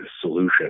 solution